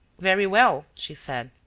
very well, she said.